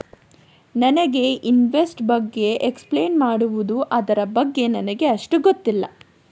ನನಗೆ ಇನ್ವೆಸ್ಟ್ಮೆಂಟ್ ಬಗ್ಗೆ ಎಕ್ಸ್ಪ್ಲೈನ್ ಮಾಡಬಹುದು, ಅದರ ಬಗ್ಗೆ ನನಗೆ ಅಷ್ಟು ಗೊತ್ತಿಲ್ಲ?